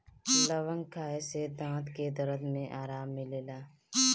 लवंग खाए से दांत के दरद में आराम मिलेला